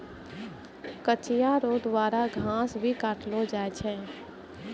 कचिया रो द्वारा घास भी काटलो जाय छै